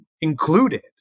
included